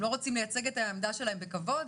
הם לא רוצים לייצג את העמדה שלהם בכבוד?